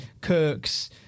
Kirk's